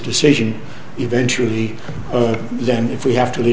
decision eventually then if we have to